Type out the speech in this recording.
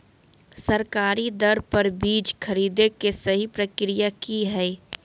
सरकारी दर पर बीज खरीदें के सही प्रक्रिया की हय?